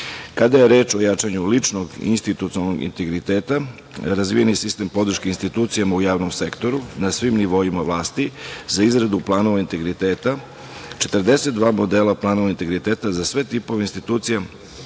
je reč o jačanju ličnog institucionalnog integriteta, razvijen je sistem podrške institucijama u javnom sektoru na svim nivoima vlasti za izradu planova integriteta, 42 modela planova integriteta za sve tipove institucija